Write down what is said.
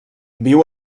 viu